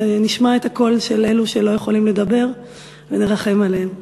נשמע את הקול של אלו שלא יכולים לדבר ונרחם עליהם.